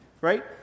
right